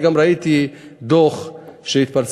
אני גם ראיתי דוח שהתפרסם,